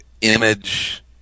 Image